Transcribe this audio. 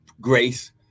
grace